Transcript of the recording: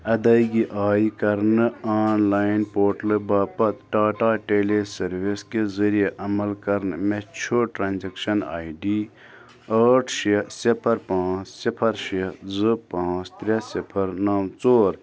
ادایگی آیہِ کرنہٕ آن لاین پورٹلہٕ باپتھ ٹاٹا ٹیلی سٔروس کہِ ذریعہِ عمل کرنہٕ مےٚ چھُ ٹرٛانزیٚکشن آے ڈی ٲٹھ شےٚ صفر پانٛژھ صفر شےٚ زٕ پانٛژھ ترٛےٚ صفر نَو ژور